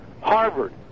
Harvard